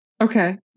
Okay